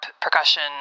percussion